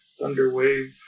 Thunderwave